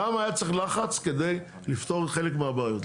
למה היה צריך לחץ כדי לפתור חלק מהבעיות?